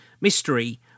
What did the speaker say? mystery